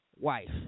wife